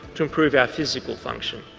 to improve our physical function.